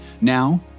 Now